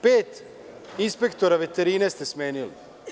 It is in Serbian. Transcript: Dakle, 5 inspektora veterine ste smenili.